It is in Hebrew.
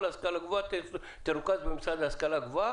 ההשכלה הגבוהה תרוכז במשרד להשכלה גבוהה.